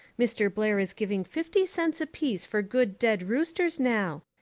mr. blair is giving fifty sense apeace for good ded roosters now.